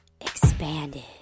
Expanded